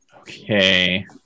Okay